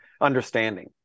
understanding